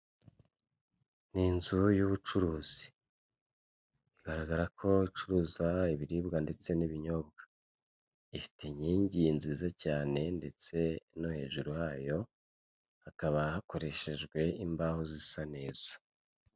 Ni inzu y'ubucuruzi bigaragara ko icuruza ibiribwa ndetse n'ibinyobwa ifite inyingi nziza cyane ndetse no hejuru hayo hakaba hakoreshejwe imbaho zisa neza.